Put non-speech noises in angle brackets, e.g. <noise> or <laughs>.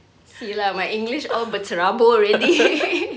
see lah my english all berterabur already <laughs>